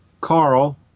Carl